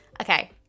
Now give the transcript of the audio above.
Okay